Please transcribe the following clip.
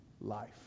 life